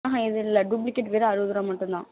ஆ ஹா இது இல்ல டூப்ளிகேட் வெறும் அறுபது ரூவா மட்டும்தான்